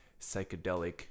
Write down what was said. psychedelic